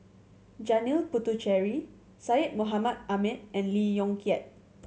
Janil Puthucheary Syed Mohamed Ahmed and Lee Yong Kiat